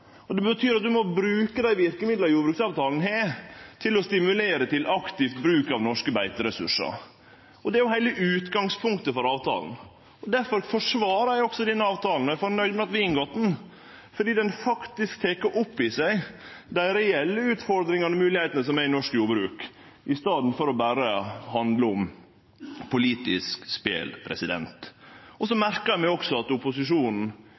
dit. Det betyr at ein må bruke dei verkemidla jordbruksavtalen har, til å stimulere til aktiv bruk av norske beiteressursar. Og det er jo heile utgangspunktet for avtalen. Difor forsvarer eg også denne avtalen og er fornøgd med at vi har inngått han, fordi han faktisk tek opp i seg dei reelle utfordringane og moglegheitene som er i norsk jordbruk, i staden for berre å handle om politisk spel. Så merkar eg meg også at opposisjonen